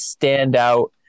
standout